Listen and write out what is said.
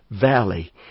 valley